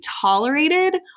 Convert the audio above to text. tolerated